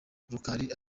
rukali